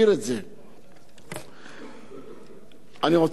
אני רוצה גם להודות בהזדמנות הזאת לשר אהרונוביץ,